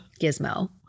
Gizmo